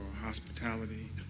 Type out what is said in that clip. hospitality